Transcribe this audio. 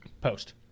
Post